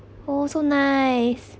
oh so nice